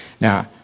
Now